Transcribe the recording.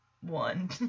one